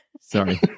Sorry